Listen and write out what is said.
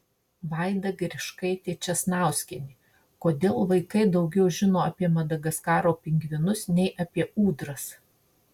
vaida grikšaitė česnauskienė kodėl vaikai daugiau žino apie madagaskaro pingvinus nei apie ūdras